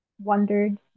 wondered